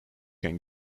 can